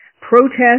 protest